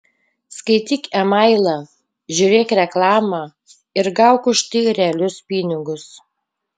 skaityk e mailą žiūrėk reklamą ir gauk už tai realius pinigus